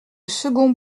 second